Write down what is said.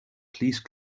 please